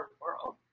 world